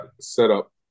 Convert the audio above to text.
setup